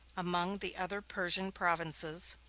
among the other persian provinces,